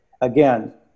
Again